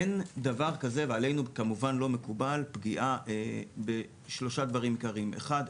אין דבר כזה ועלינו כמובן לא מקובל פגיעה בשלושה דברים עיקריים: אחד,